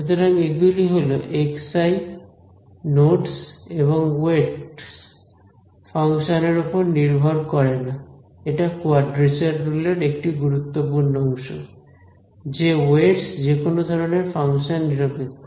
সুতরাং এগুলি হল xi নোডস এবং ওয়েটস ফাংশন এর ওপর নির্ভর করে না এটা কোয়াড্রেচার রুল এর একটি গুরুত্বপূর্ণ অংশ যে ওয়েটস যেকোনো ধরনের ফাংশন নিরপেক্ষ